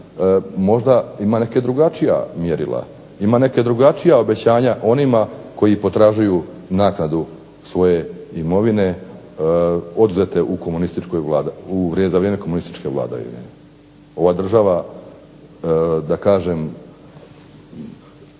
možda ima neka drugačija mjerila, ima neka drugačija obećanja onima koji potražuju naknadu svoje imovine oduzete za vrijeme komunističke vladavine. Ova država da kažem.